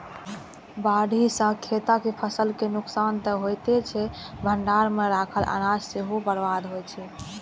बाढ़ि सं खेतक फसल के नुकसान तं होइते छै, भंडार मे राखल अनाज सेहो बर्बाद होइ छै